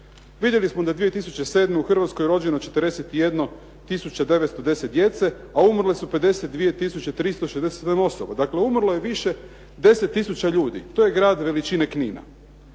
Vidjeli smo da je 2007. u Hrvatskoj rođeno 41 tisuća 910 djece, a umrle su 52 tisuće 367 osoba. Dakle, umrlo je više 10 tisuća ljudi. To je grad veličine Knina.